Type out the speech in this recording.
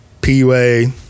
PUA